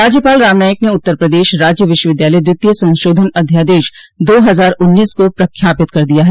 राज्यपाल राम नाईक ने उत्तर प्रदेश राज्य विश्वविद्यालय द्वितीय संशोधन अध्यादश दो हजार उन्नीस को प्रख्यापित कर दिया है